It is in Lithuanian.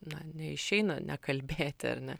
na neišeina nekalbėti ar ne